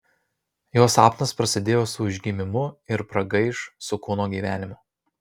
jo sapnas prasidėjo su užgimimu ir pragaiš su kūno gyvenimu